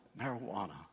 marijuana